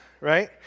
right